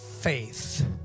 faith